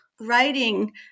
writing